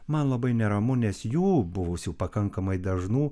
man labai neramu nes jų buvusių pakankamai dažnų